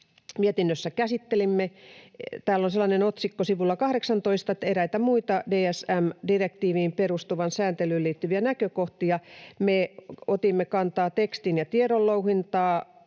mietinnössä käsittelimme. Täällä sivulla 18 on otsikko, ”Eräitä muita DSM-direktiiviin perustuvaan sääntelyyn liittyviä näkökohtia”. Me otimme kantaa tekstin- ja tiedonlouhintaa